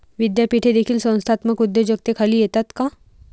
विद्यापीठे देखील संस्थात्मक उद्योजकतेखाली येतात का?